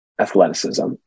athleticism